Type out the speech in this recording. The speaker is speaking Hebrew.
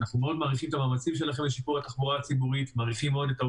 אנחנו מאוד מעריכים את המאמצים שלכם לשיפור התחבורה הציבורית,